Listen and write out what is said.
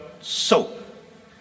soap